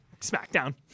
SmackDown